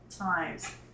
times